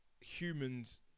humans